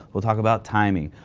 we'll talk about timing.